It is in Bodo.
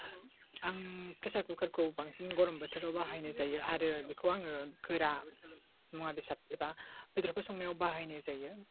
आं प्रेसार कुखार खौ बांसिन गरम बोथोराव बाहायनाय जायो आरो बेखौ आङो गोरा मुवा बेसाद एबा बेदरफोर संनायाव बाहायनाय जायो